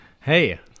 Hey